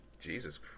Jesus